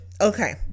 Okay